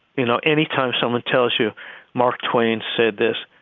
you know, anytime someone tells you mark twain said this,